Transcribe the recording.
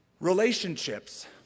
Relationships